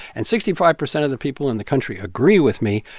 and sixty five percent of the people in the country agree with me.